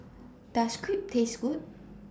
Does Crepe Taste Good